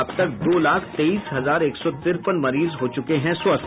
अब तक दो लाख तेईस हजार एक सौ तिरपन मरीज हो चुके हैं स्वस्थ